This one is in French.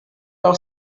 par